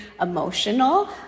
emotional